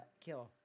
kill